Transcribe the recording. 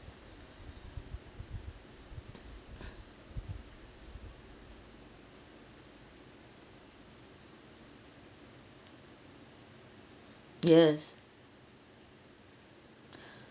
yes